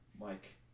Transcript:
Mike